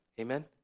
Amen